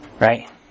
Right